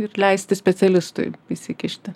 ir leisti specialistui įsikišti